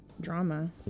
drama